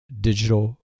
digital